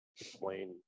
explain